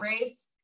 race